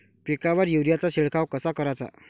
पिकावर युरीया चा शिडकाव कसा कराचा?